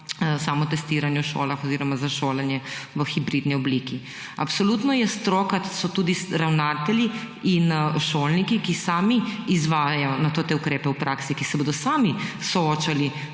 samotestiranje v šolah oziroma za šolanje v hibridni obliki. Absolutno so stroka tudi ravnatelji in šolniki, ki sami izvajajo te ukrepe v praksi, ki se bodo sami soočali